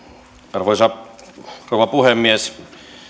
arvoisa rouva puhemies